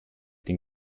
den